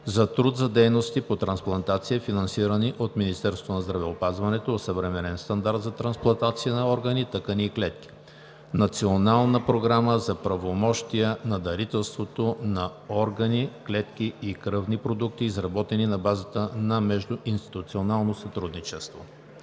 за труд за дейности по трансплантация, финансирани от Министерството на здравеопазването; осъвременен стандарт за трансплантация на органи, тъкани и клетки; Национална програма за промоция на дарителството на органи, клетки и кръвни продукти, изработена на базата на междуинституционално сътрудничество.“